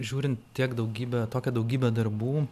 žiūrint tiek daugybę tokią daugybę darbų